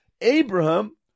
Abraham